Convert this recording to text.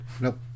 nope